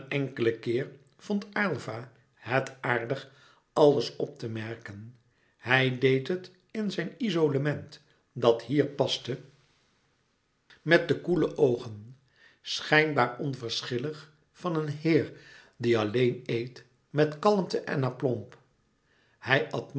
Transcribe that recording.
enkelen keer vond aylva het aardig alles op te merken hij deed het in zijn izolement dat hier paste met de koele oogen schijnbaar onverschillig van een heer die alleen eet met kalmte en aplomb hij at